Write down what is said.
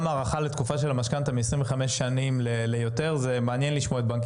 גם הארכה לתקופה של המשכנתא מ-25 שנים ליותר זה מעניין לשמוע את בנק